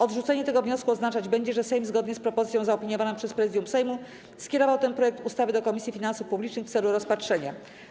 Odrzucenie tego wniosku oznaczać będzie, że Sejm, zgodnie z propozycją zaopiniowaną przez Prezydium Sejmu, skierował ten projekt ustawy do Komisji Finansów Publicznych w celu rozpatrzenia.